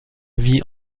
vie